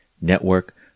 Network